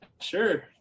sure